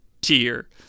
tier